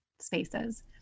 spaces